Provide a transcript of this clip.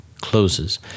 closes